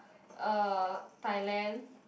uh Thailand